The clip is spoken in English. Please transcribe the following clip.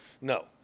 No